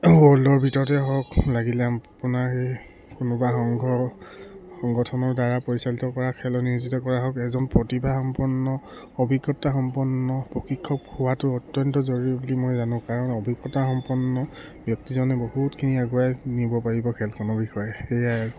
ৱৰ্ল্ডৰ ভিতৰতে হওক লাগিলে আপোনাৰ সেই কোনোবা সংঘ সংগঠনৰ দ্বাৰা পৰিচালিত কৰা খেলৰ নিয়োজিত কৰা হওক এজন প্ৰতিভা সম্পন্ন অভিজ্ঞতা সম্পন্ন প্ৰশিক্ষক হোৱাটো অত্যন্ত জৰুৰী বুলি মই জানো কাৰণ অভিজ্ঞতা সম্পন্ন ব্যক্তিজনে বহুতখিনি আগুৱাই নিব পাৰিব খেলখনৰ বিষয়ে সেয়াই আৰু